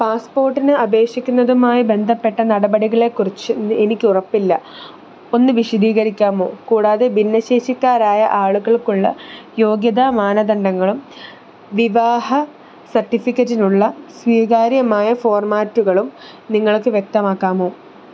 പാസ്പോർട്ടിന് അപേക്ഷിക്കുന്നതുമായി ബന്ധപ്പെട്ട നടപടികളെക്കുറിച്ച് എനിക്ക് ഉറപ്പില്ല ഒന്ന് വിശദീകരിക്കാമോ കൂടാതെ ഭിന്നശേഷിക്കാരായ ആളുകൾക്കുള്ള യോഗ്യതാ മാനദണ്ഡങ്ങളും വിവാഹ സർട്ടിഫിക്കറ്റിനുള്ള സ്വീകാര്യമായ ഫോർമാറ്റുകളും നിങ്ങൾക്ക് വ്യക്തമാക്കാമോ